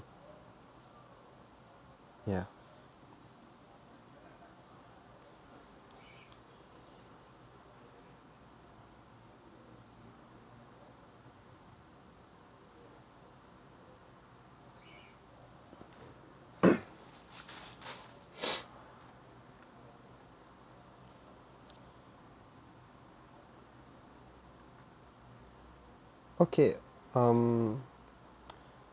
ya okay um